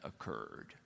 occurred